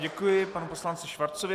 Děkuji panu poslanci Schwarzovi.